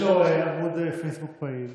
עמוד פייסבוק פעיל